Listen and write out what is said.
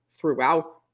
throughout